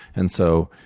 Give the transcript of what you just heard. and so